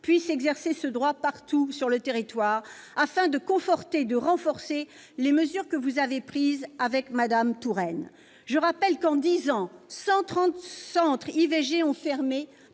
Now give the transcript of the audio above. puisse exercer ce droit partout sur le territoire. Il faut conforter et renforcer les mesures que vous avez prises avec Mme Touraine. Je rappelle qu'en dix ans 130 centres IVG ont fermé,